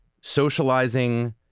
socializing